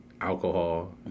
alcohol